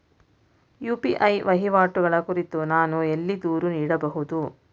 UPI ವಹಿವಾಟುಗಳ ಕುರಿತು ನಾನು ಎಲ್ಲಿ ದೂರು ನೀಡಬಹುದು?